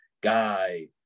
guy